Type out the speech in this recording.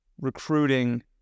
recruiting